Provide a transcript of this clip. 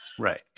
Right